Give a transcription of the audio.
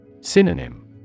Synonym